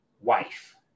wife